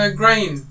grain